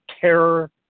terror